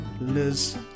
Liz